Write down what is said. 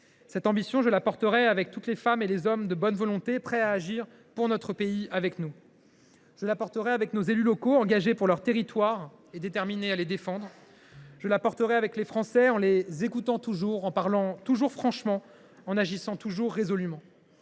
Cette ambition, je la porterai avec toutes les femmes et les hommes de bonne volonté prêts à agir pour notre pays avec nous. Je la porterai avec nos élus locaux, engagés pour leur territoire et déterminés à les défendre. Je la porterai avec les Français, en les écoutant toujours, en parlant toujours franchement, en agissant toujours résolument.